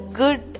good